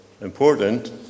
important